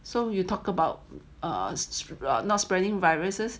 so you talk about err not spreading viruses